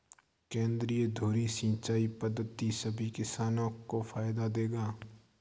केंद्रीय धुरी सिंचाई पद्धति सभी किसानों को फायदा देगा